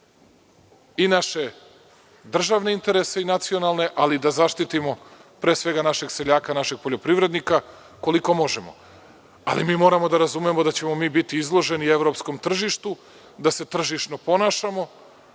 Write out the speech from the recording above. i naše državne interese i nacionalne, ali i da zaštitimo pre svega našeg seljaka i poljoprivrednika koliko možemo. Ali, moramo da razumemo da ćemo biti izloženi evropskom tržištu, da se tržišno ponašamo.